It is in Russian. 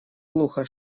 глухо